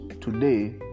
today